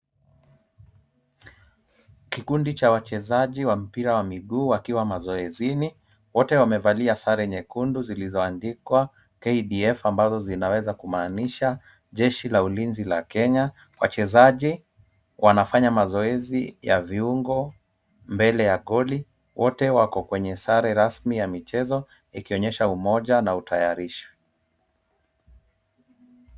Kikundi cha wachezaji wa mpira wa miguu wakiwa mazoezini, wote wamevalia sare nyekundu zilizoandikwa KDF ambazo zinaweza kumaanisha jeshi la ulinzi la Kenya, wachezaji wanafanya mazoezi ya viungo mbele ya goli, wote wako kwenye sare rasmi ya michezo, ikionyesha umoja na utayarishi.